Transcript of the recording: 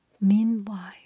Meanwhile